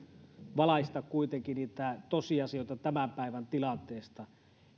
valaista kuitenkin niitä tosiasioita tämän päivän tilanteesta